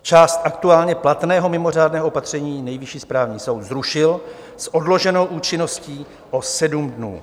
Část aktuálně platného mimořádného opatření Nejvyšší správní soud zrušil s odloženou účinností o sedm dnů.